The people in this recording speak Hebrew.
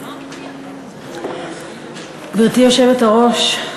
גברתי היושבת-ראש,